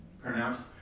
pronounced